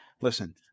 Listen